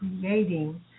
creating